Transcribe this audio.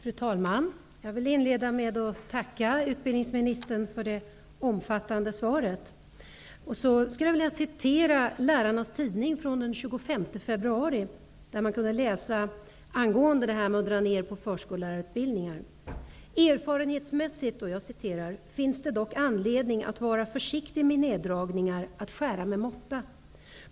Fru talman! Jag vill inleda med att tacka utbildningsministern för det omfattande svaret. Jag skulle vilja citera ur Lärarnas tidning från den 25 februari, där man kunde läsa följande angående neddragningar i förskollärarutbildningen: ''Erfarenhetsmässigt finns det dock anledning att vara försiktig med neddragningar, att skära med måtta.